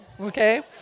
okay